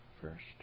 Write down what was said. first